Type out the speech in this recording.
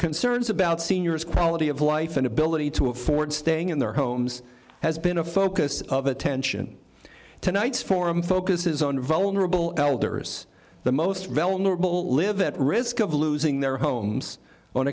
concerns about seniors quality of life and ability to afford staying in their homes has been a focus of attention tonight's forum focuses on vulnerable elders the most vulnerable live at risk of losing their homes on